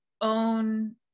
own